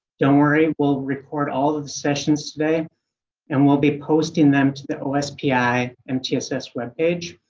don't worry, we'll record all the the sessions today and will be posting them to the ospi. mtss web page.